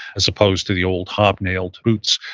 as opposed to the old hobnailed boots.